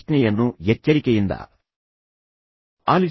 ಪ್ರಶ್ನೆಯನ್ನು ಎಚ್ಚರಿಕೆಯಿಂದ ಆಲಿಸಿ